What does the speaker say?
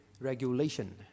regulation